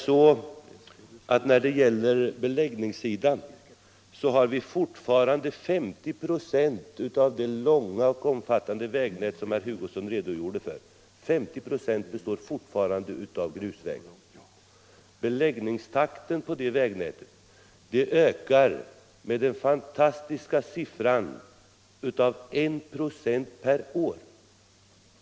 Fortfarande består 50 96 av det omfattande vägnät som herr Hugosson redogjorde för av grusvägar. Takten när det gäller beläggningen av dessa vägar ökar med den fantastiska siffran av 1 96 per år.